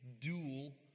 dual